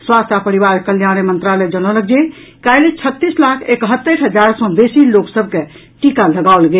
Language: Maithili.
स्वास्थ्य आ परिवार कल्याण मंत्रालय जनौलक जे काल्हि छत्तीस लाख एकहत्तरि हजार सँ बेसी लोक सभ के टीका लगाओल गेल